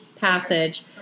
passage